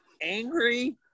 angry